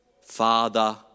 father